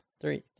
three